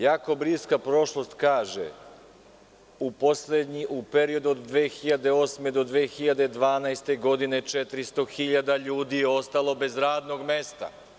Jako bliska prošlost kaže da u periodu od 2008. do 2012. godine 400.000 ljudi je ostalo bez radnog mesta.